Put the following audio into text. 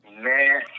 Man